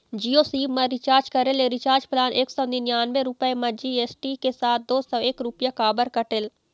Jio SIM मा recharge करे ले रिचार्ज प्लान एक सौ निन्यानबे रुपए मा जी.एस.टी के साथ दो सौ एक रुपया काबर कटेल?